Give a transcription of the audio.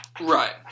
Right